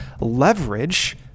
leverage